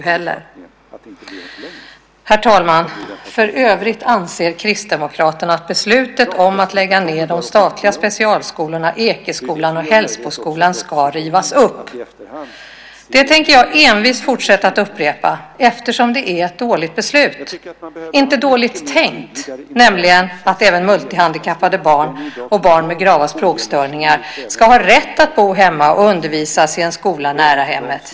Herr talman! För övrigt anser Kristdemokraterna att beslutet att lägga ned de statliga specialskolorna Ekeskolan och Hällsboskolan ska rivas upp. Jag tänker envist fortsätta att upprepa detta eftersom det är ett dåligt beslut. Det är inte dåligt tänkt, nämligen att även multihandikappade barn och barn med grava språkstörningar ska ha rätt att bo hemma och undervisas i en skola nära hemmet.